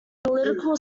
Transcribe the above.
political